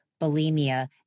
bulimia